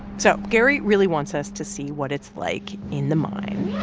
so gary really wants us to see what it's like in the mine